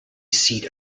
seat